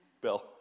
Bill